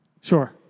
Sure